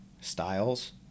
styles